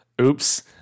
Oops